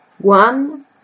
One